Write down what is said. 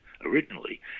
originally